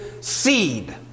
seed